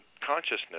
consciousness